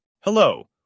Hello